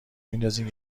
میندازین